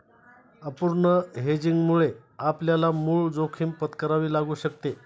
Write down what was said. अपूर्ण हेजिंगमुळे आपल्याला मूळ जोखीम पत्करावी लागू शकते